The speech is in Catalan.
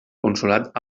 consolat